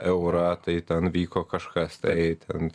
eurą tai ten vyko kažkas tai ten